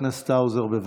חבר הכנסת האוזר, בבקשה.